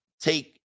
take